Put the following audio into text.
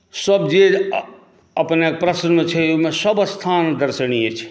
सभ जे अपने प्रश्नमे छै ओ सभ स्थान दर्शनीय छै